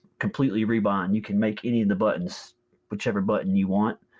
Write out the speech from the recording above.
completely rebind. you can make any of the buttons whichever button you want.